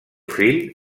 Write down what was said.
fill